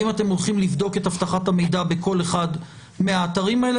האם אתם הולכים לבדוק את אבטחת המידע בכל אחד מהאתרים האלה?